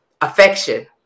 affection